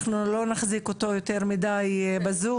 אנחנו לא נחזיק אותו יותר מידי בזום,